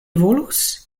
volus